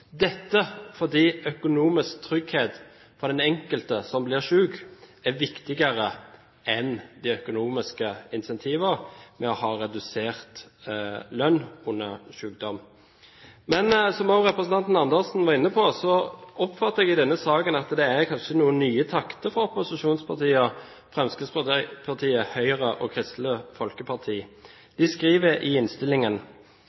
Dette er fordi økonomisk trygghet for den enkelte som blir syk, er viktigere enn de økonomiske incentivene ved å ha redusert lønn under sykdom. Men, som også representanten Andersen var inne på, oppfatter jeg i denne saken at det kanskje er noen nye takter fra opposisjonspartiene, Fremskrittspartiet, Høyre og Kristelig Folkeparti.